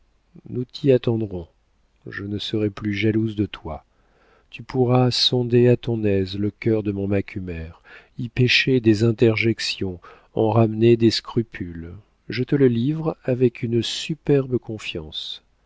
nous t'y attendrons je ne serai plus jalouse de toi tu pourras sonder à ton aise le cœur de mon macumer y pêcher des interjections en ramener des scrupules je te le livre avec une superbe confiance